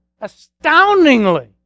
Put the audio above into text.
astoundingly